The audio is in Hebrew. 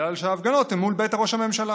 בגלל שההפגנות הן מול בית ראש הממשלה.